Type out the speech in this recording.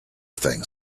thing